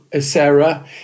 Sarah